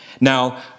Now